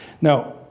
Now